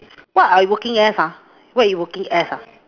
what are you working as ah what are you working as ah